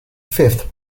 fifth